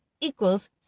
equals